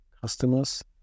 customers